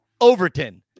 overton